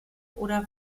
oder